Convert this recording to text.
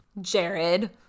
Jared